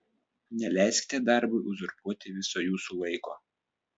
neleiskite darbui uzurpuoti viso jūsų laiko